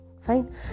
Fine